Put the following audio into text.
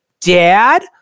dad